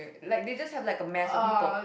like they just have like a mass of people